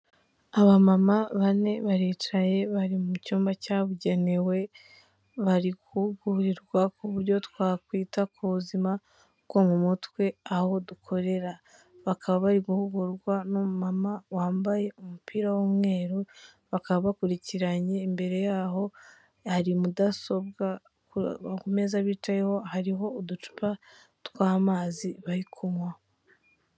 Abamama bane baricaye bari mu cyumba cyabugenewe, bariguhugurirwa ku buryo twakwita ku buzima bwo mu mutwe aho dukorera. Bakaba bari guhugurwa n'umumama wambaye umupira w'umweru, bakaba bakurikiranye, imbere yaho hari mudasobwa ku meza bicayeho hariho uducupa tw'amazi bari kunywa.